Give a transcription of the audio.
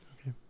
okay